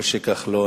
משה כחלון,